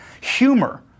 humor